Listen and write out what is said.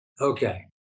Okay